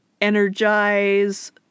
energize